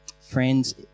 Friends